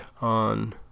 on